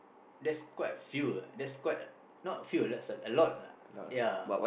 that's quiet a few ah that's quite a not a few that's a lot lah ya